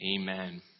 Amen